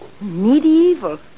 Medieval